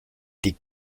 die